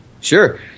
Sure